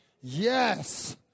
Yes